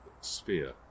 sphere